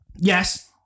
Yes